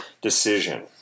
decision